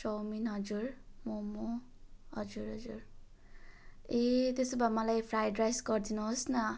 chowmein हजुर मम हजुर हजुर ए त्यसो भए मलाई फ्राइड राइस गरिदिनु होस् न